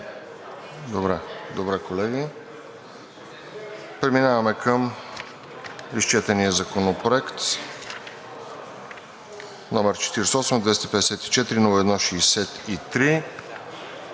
Добре, колеги. Преминаваме към изчетения Законопроект, № 48-254-01-63